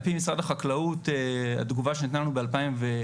על-פי משרד החקלאות, התגובה שניתנה לנו ב-2018,